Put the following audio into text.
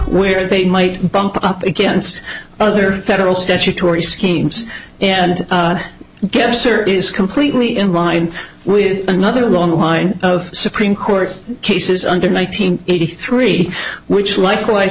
where they might bump up against other federal statutory schemes and gaps or is completely in line with another long line of supreme court cases under makes hundred eighty three which likewise